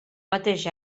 mateix